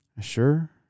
Sure